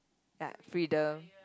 like freedom